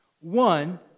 One